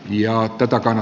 ja otetaan aina